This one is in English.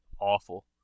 awful